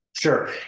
Sure